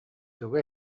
тугу